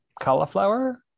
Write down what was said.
cauliflower